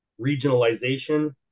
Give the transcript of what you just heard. regionalization